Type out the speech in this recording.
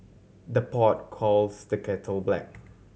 the pot calls the kettle black